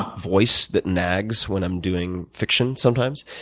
ah voice that nags when i'm doing fiction sometimes.